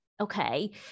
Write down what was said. okay